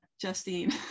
justine